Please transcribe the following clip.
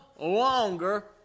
longer